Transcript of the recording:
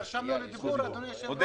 נרשמנו לדיבור, אדוני היושב-ראש?